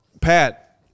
Pat